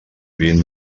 vint